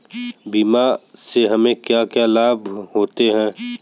बीमा से हमे क्या क्या लाभ होते हैं?